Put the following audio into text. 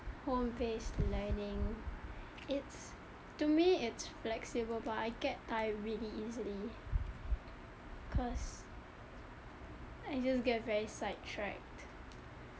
home based learning it's to me it's flexible but I get tired really easily cause I just get very side tracked